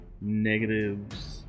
negatives